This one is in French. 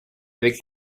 avec